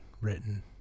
written